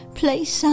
place